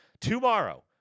tomorrow